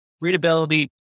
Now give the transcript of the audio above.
readability